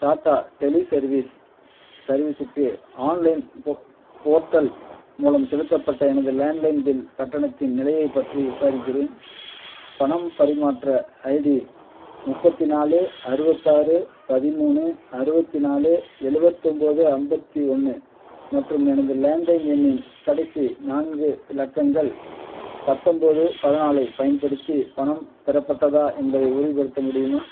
Tata tele service சர்வீஸுக்கு online போ portal மூலம் செலுத்தப்பட்ட எனது லேண்ட் லைன் பில் கட்டணத்தின் நிலையைப் பற்றி விசாரிக்கிறேன் பணம் பரிமாற்ற ஐடி முப்பத்து நாலு அறுபத்தாறு பதிமூணு அறுபத்தி நாலு எழுவத்து ஒம்பது ஐம்பத்தி ஒன்று மற்றும் எனது லேண்ட் லைன் எண்ணின் கடைசி நான்கு இலக்கங்கள் பத்தொம்பது பதினாலைப் பயன்படுத்தி பணம் பெறப்பட்டதா என்பதை உறுதிப்படுத்த முடியுமா